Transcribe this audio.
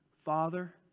Father